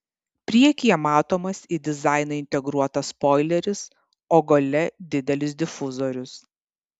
priekyje matomas į dizainą integruotas spoileris o gale didelis difuzorius